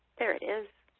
there it is.